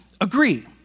agree